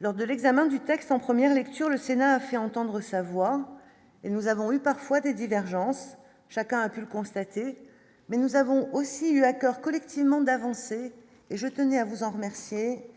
Lors de l'examen du texte en première lecture le Sénat a fait entendre sa voix, nous avons eu parfois des divergences, chacun a pu le constater, mais nous avons aussi l'accord collectivement d'avancer et je tenais à vous en remercier,